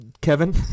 Kevin